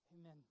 Amen